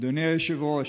אדוני היושב-ראש,